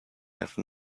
have